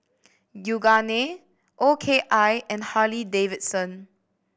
Yoogane O K I and Harley Davidson